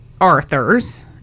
Arthur's